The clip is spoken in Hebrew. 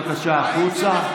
בבקשה החוצה.